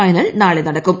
final നാളെ നടക്കും